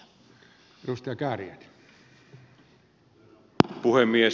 herra puhemies